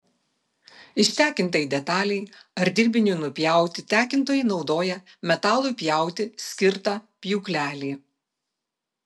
ištekintai detalei ar dirbiniui nupjauti tekintojai naudoja metalui pjauti skirtą pjūklelį